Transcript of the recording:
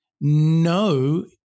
No